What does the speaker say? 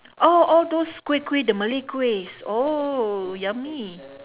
oh all those kuih kuih the Malay kuihs oh yummy